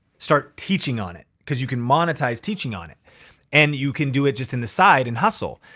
start teaching on it cause you can monetize teaching on it and you can do it just in the side and hustle.